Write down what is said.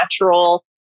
natural